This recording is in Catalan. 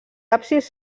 absis